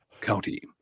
County